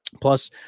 Plus